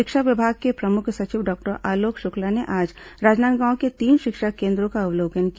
शिक्षा विभाग के प्रमुख सचिव डॉक्टर आलोक शुक्ला ने आज राजनांदगांव के तीन शिक्षा केन्द्रों का अवलोकन किया